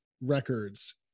records